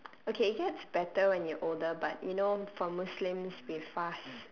okay it gets better when you're older but you know for muslims we fast